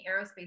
aerospace